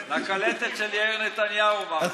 לקלטת של יאיר נתניהו הוא מאזין.